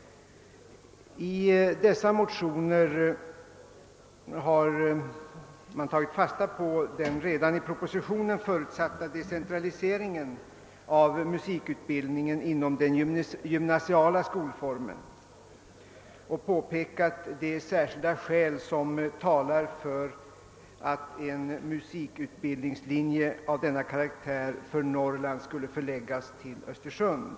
I dessa motioner har man tagit fasta på den redan i propositionen förutsatta decentraliseringen av musikutbildningen inom den gymnasiala skolformen och påpekat de särskilda skäl som talar för att en musikutbildningslinje av denna karaktär för Norrland skulle förläggas till Östersund.